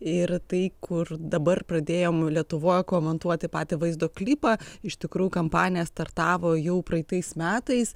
ir tai kur dabar pradėjom lietuvoj komentuoti patį vaizdo klipą iš tikrųjų kampanija startavo jau praeitais metais